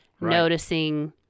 noticing